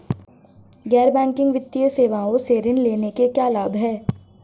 गैर बैंकिंग वित्तीय सेवाओं से ऋण लेने के क्या लाभ हैं?